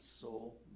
soul